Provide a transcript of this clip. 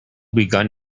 begun